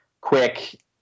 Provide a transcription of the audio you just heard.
quick